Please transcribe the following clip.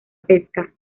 pesca